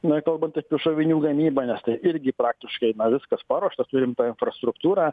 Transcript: nekalbant apie šovinių gamybą nes tai irgi praktiškai viskas paruošta turim tą infrastruktūrą